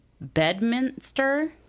Bedminster